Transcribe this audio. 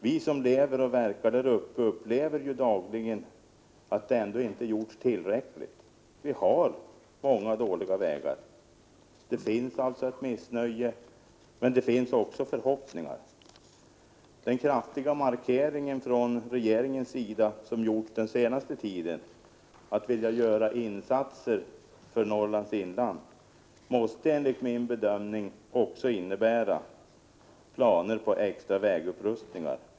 Vi som lever och verkar där uppe upplever dagligen att det inte har gjorts tillräckligt. Vi har många dåliga vägar. Det finns alltså ett missnöje, men det finns också förhoppningar. Den kraftiga markeringen från regeringens sida, som gjorts den senaste tiden, att vilja göra insatser för Norrlands inland måste enligt min bedömning också innebära planer på extra vägupprustningar.